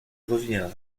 revient